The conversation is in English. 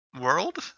world